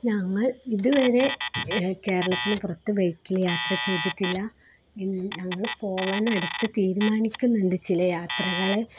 ഞങ്ങൾ ഇതുവരെ കേരളത്തിന് പുറത്ത് ബൈക്കില് യാത്ര ചെയ്തിട്ടില്ല ഞങ്ങള് പോകാൻ അടുത്ത് തീരുമാനിക്കുന്നുണ്ട് ചില യാത്രകള്